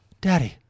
Daddy